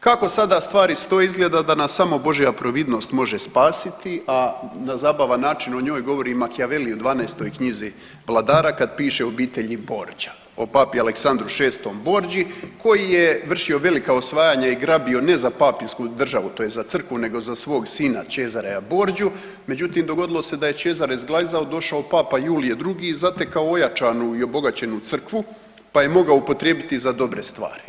Kako sada stvari stoje izgleda da nas samo božja providnost može spasiti, a na zabavan način o njoj govori Machiavelli u 12. knjizi vladara kad piše o Obitelji Borgia o Papi Aleksandru VI Borgi koji je vršio velika osvajanja i grabio ne za papinsku državu tj. za crkvu nego za svog sina Cesara Borgiju, međutim dogodilo se da je Cezare zglajzal došao Papa Julije II i zatekao ojačanu i obogaćenu crkvu pa je mogao upotrijebiti za dobre stvari.